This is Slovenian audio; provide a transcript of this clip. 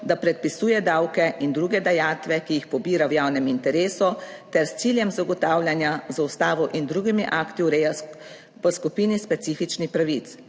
da predpisuje davke in druge dajatve, ki jih pobira v javnem interesu ter s ciljem zagotavljanja z Ustavo in drugimi akti ureja po skupini specifičnih pravic.